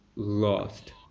lost